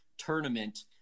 tournament